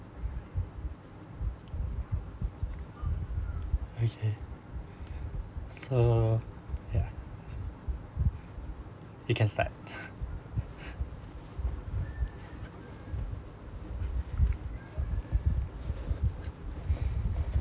okay so we can start